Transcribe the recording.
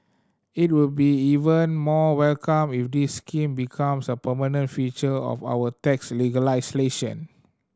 it will be even more welcomed if this scheme becomes a permanent feature of our tax legislation